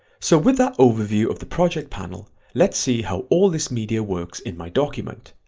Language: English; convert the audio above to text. so with that overview of the project panel let's see how all this media works in my document.